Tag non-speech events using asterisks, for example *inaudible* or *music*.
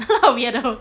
*laughs* weirdo